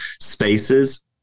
spaces